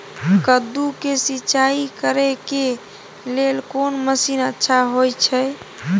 कद्दू के सिंचाई करे के लेल कोन मसीन अच्छा होय छै?